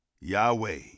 Yahweh